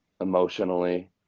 emotionally